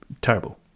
terrible